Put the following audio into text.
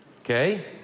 okay